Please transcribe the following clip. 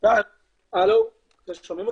הממשלה, המשרד לבטחון פנים.